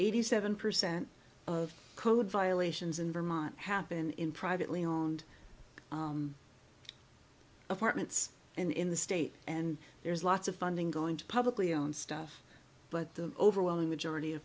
eighty seven percent of code violations in vermont happen in privately owned apartments in the state and there's lots of funding going to publicly owned stuff but the overwhelming majority of